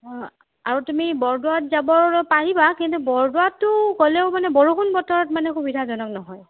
আৰু তুমি বৰদোৱাত যাবলৈ পাৰিবা কিন্তু বৰদোৱাততো গ'লেও বৰষুণ বতৰত মানে সুবিধাজনক নহয়